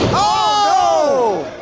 oh!